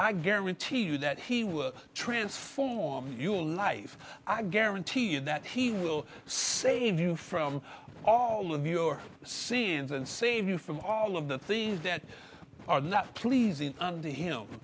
i guarantee you that he will transform your life i guarantee you that he will save you from all of your seeings and save you from all of the things that are not pleasing to him